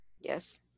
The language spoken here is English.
Yes